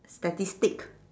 statistic